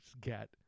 get